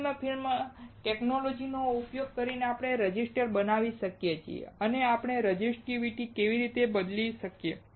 thin film ટેક્નૉલોજિનો ઉપયોગ કરીને આપણે રેઝિસ્ટર બનાવી શકીએ છીએ અને આપણે રેઝિસ્ટિવિટી કેવી રીતે બદલી શકીએ